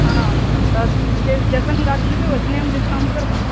हँ तऽ जे जैसन गाछ लेबै हम वैसने डिस्काउन्ट करबौ